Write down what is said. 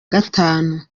gatanu